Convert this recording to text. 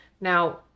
Now